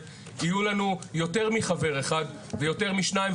יהיו לנו יותר מחבר אחד ויותר משניים,